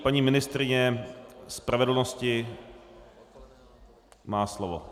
Paní ministryně spravedlnosti má slovo.